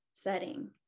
setting